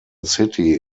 city